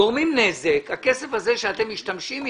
גורמים נזק, הכסף הזה שאתם משתמשים אתו,